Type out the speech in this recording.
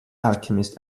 alchemist